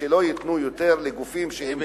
ושלא ייתנו יותר לגופים שהם בלתי,